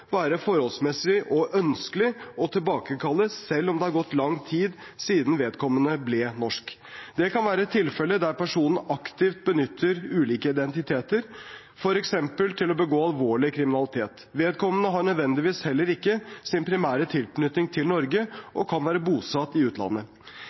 være forholdsmessig og ønskelig å tilbakekalle, selv om det har gått lang tid siden vedkommende ble norsk. Det kan være tilfeller der personen aktivt benytter ulike identiteter, f.eks. til å begå alvorlig kriminalitet. Vedkommende har ikke nødvendigvis heller sin primære tilknytning til Norge